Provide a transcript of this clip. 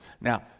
Now